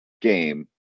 game